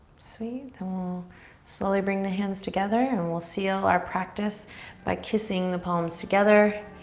sweet, then we'll slowly bring the hands together and we'll seal our practice by kissing the palms together.